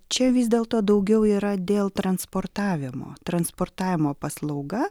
čia vis dėlto daugiau yra dėl transportavimo transportavimo paslauga